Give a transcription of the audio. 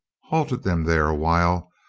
halted them there a while,